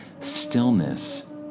stillness